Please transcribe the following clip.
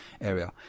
area